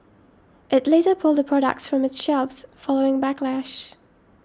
it later pulled the products from its shelves following backlash